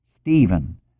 Stephen